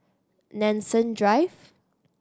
Nanson Drive